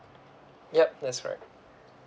yup that's right